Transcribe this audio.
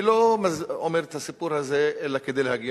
אני לא מספר את הסיפור הזה אלא כדי להגיע